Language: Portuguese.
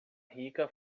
rica